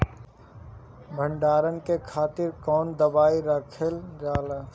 भंडारन के खातीर कौन दवाई रखल जाला?